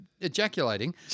Ejaculating